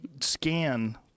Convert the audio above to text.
scan